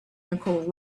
nicole